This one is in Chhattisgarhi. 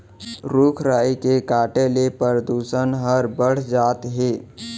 रूख राई के काटे ले परदूसन हर बाढ़त जात हे